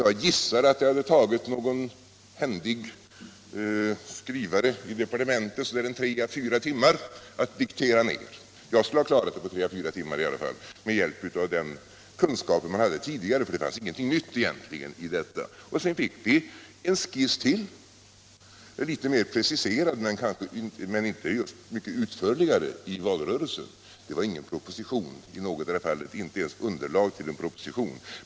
Jag gissar att det hade tagit någon händig skrivare i departementet sådär tre eller fyra timmar att diktera ner den — jag skulle ha klarat det på tre å fyra timmar i alla fall — med hjälp av den kunskap som fanns tidigare, för skissen innehöll egentligen ingenting nytt. Sedan fick vi en skiss till i valrörelsen. Den var litet mera preciserad men inte mycket utförligare. Det var ingen proposition i någotdera fallet, inte ens underlag för en proposition.